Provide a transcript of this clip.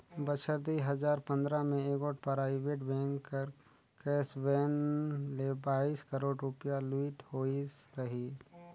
बछर दुई हजार पंदरा में एगोट पराइबेट बेंक कर कैस वैन ले बाइस करोड़ रूपिया लूइट होई रहिन